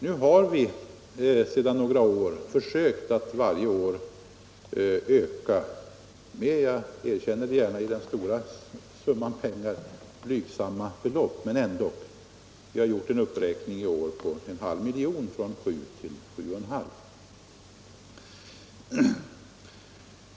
Nu har vi sedan en tid tillbaka försökt att varje år öka anslaget med en viss summa, som jag gärna erkänner är blygsam i jämförelse med det samlade beloppet. Vi har ändå i år gjort en uppräkning från 7 till 7,5 miljoner.